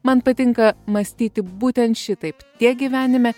man patinka mąstyti būtent šitaip tiek gyvenime